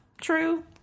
true